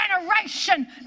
generation